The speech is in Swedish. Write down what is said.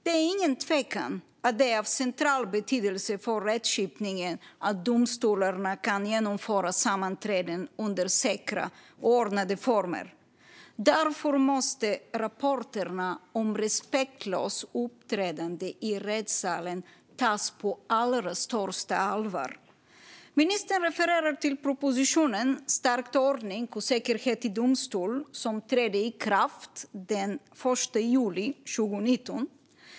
Det är ingen tvekan om att det är av central betydelse för rättskipningen att domstolarna kan genomföra sammanträden under säkra och ordnade former. Därför måste rapporterna om respektlöst uppträdande i rättssalen tas på allra största allvar. Ministern refererar till propositionen Stärkt ordning och säkerhet i domstol , som trädde i kraft den 1 juli 2019.